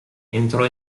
entrò